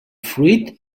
fruit